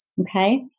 Okay